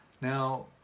Now